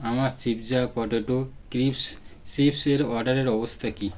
আমার চিপজা potato crisps চিপ্সের অর্ডারের অবস্থা কী